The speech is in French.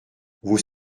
vous